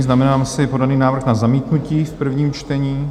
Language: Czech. Znamenám si podaný návrh na zamítnutí v prvním čtení.